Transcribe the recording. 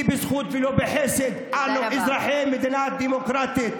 כי בזכות ולא בחסד אנו אזרחי מדינה דמוקרטית,